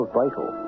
vital